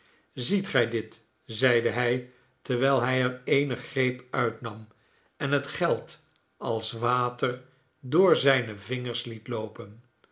ziet gij dit zeide hij terwijl hij er eene greep uit nam en het geld als water door zijne vingers liet loopen